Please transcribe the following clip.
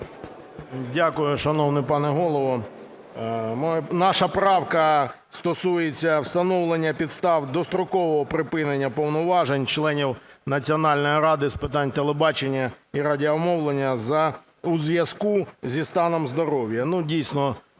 Дякую, шановний пане Голово. Наша правка стосується встановлення підстав дострокового припинення повноважень членів Національної ради з питань телебачення і радіомовлення у зв'язку зі станом здоров'я.